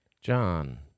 John